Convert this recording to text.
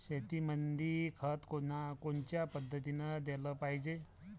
शेतीमंदी खत कोनच्या पद्धतीने देलं पाहिजे?